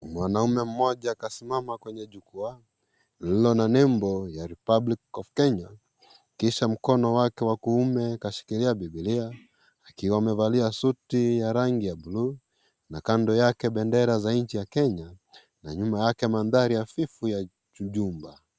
Mwanaume mmoja kasimama kwenye jukwaa lililo na nembo ya Republic of Kenya kisha mkono wake wa kuume kashikilia bibilia akiwa amevalia suti ya rangi ya bluu na kando yake bendera za nchi ya Kenya na nyuma yake mandhari ya jumba.